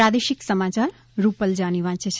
પ્રાદેશિક સમાચાર રૂપલ જાની વાંચે છે